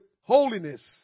holiness